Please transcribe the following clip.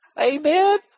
Amen